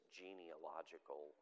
genealogical